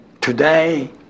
Today